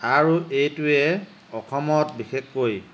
আৰু এইটোৱে অসমত বিশেষকৈ